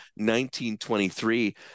1923